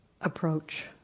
approach